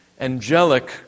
angelic